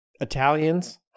italians